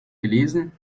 gelesen